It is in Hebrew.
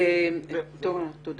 תודה.